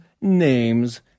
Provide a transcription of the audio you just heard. names